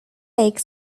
lake